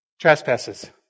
Trespasses